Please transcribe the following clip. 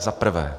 Za prvé.